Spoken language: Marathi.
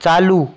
चालू